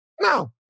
no